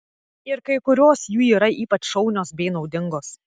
ir kai kurios jų yra ypač šaunios bei naudingos